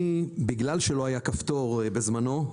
בגלל שלא היה כפתור בזמנו,